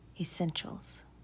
Essentials